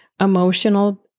emotional